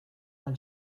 del